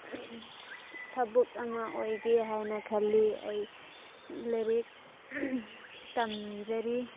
ꯊꯕꯛ ꯑꯃ ꯑꯣꯏꯒꯦ ꯍꯥꯏꯅ ꯈꯜꯂꯤ ꯑꯩ ꯂꯥꯏꯔꯤꯛ ꯇꯝꯖꯔꯤ